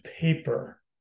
paper